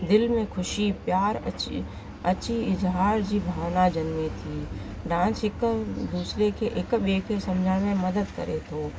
दिलि में ख़ुशी प्यार अच अची इज़िहार जी भावना जनमे थी डांस हिकु दूसरे खे हिकु ॿिए खे सम्झण में मदद करे थो